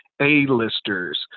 A-listers